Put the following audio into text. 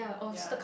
ya